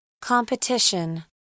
Competition